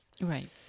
Right